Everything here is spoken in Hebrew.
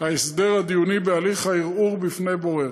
ההסדר הדיוני בהליך הערעור בפני בורר.